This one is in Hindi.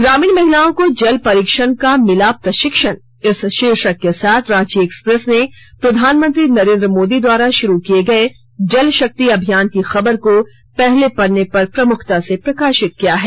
ग्रामीण महिलाओं को जल परीक्षण का मिला प्रशिक्षण इस शीर्षक के साथ रांची एक्सप्रेस ने प्रधानमंत्री नरेन्द्र मोदी द्वारा शुरू किए गए जल शक्ति अभियान की खबर को पहले पन्ने पर प्रमुखता से प्रकाशित किया है